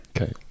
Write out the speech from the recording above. Okay